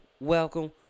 welcome